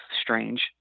strange